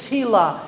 Sila